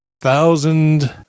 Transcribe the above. thousand